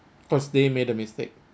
cause they made a mistake